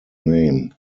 name